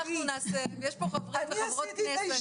אנחנו נעשה, יש פה חברי וחברות כנסת.